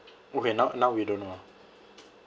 okay now now we don't know ah